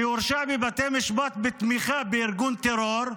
שהורשע בבתי משפט בתמיכה בארגון טרור,